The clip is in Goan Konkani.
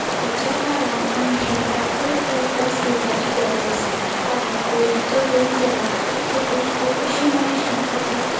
आतांच्या काळान आमी हॅल्थाक चड प्रेफरन्स दिवपाची गरज आसा कारण कोवीड जो येवन गेला तेतून खूब अशी मनशां खातीर